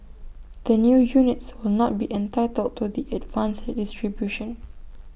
the new units will not be entitled to the advanced distribution